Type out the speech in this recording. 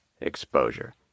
exposure